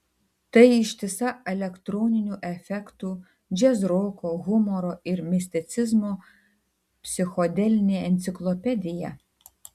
tai ištisa elektroninių efektų džiazroko humoro ir misticizmo psichodelinė enciklopedija